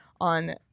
on